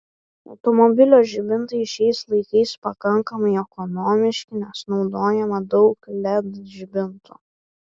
automobilio žibintai šiais laikais pakankamai ekonomiški nes naudojama daug led žibintų